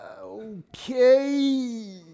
Okay